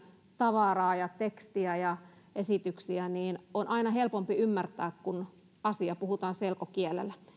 tavaraa ja tekstiä ja esityksiä niin on aina helpompi ymmärtää kun asia puhutaan selkokielellä